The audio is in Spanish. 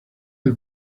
del